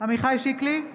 עמיחי שיקלי,